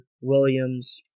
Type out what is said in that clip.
Williams